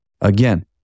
Again